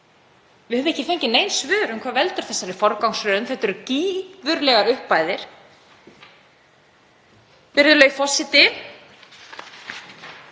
Við höfum ekki fengið nein svör um hvað veldur þessari forgangsröðun. Þetta eru gífurlegar upphæðir. Virðulegi forseti.